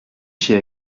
chier